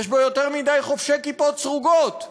יש בו יותר מדי חובשי כיפות סרוגות,